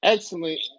Excellent